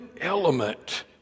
element